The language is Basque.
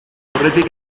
aurretik